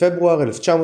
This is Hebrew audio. בפברואר 1945